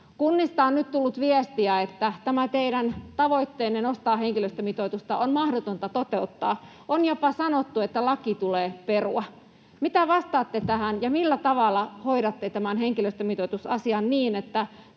Kunnista on nyt tullut viestiä, että tämä teidän tavoitteenne nostaa henkilöstömitoitusta on mahdotonta toteuttaa. On jopa sanottu, että laki tulee perua. Mitä vastaatte tähän? Millä tavalla hoidatte tämän henkilöstömitoitusasian niin, että